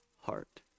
heart